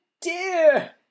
dear